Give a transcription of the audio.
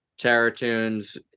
Terratunes